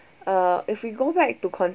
uh if we go back to con~